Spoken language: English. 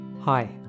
Hi